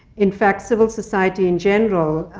in fact, civil society in general,